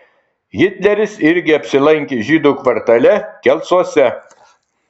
hitleris irgi apsilankė žydų kvartale kelcuose